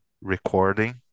recording